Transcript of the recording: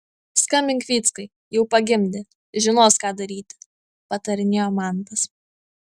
skambink vyckai jau pagimdė žinos ką daryti patarinėjo mantas